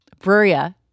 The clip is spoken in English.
Bruria